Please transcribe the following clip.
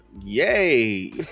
Yay